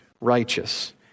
righteous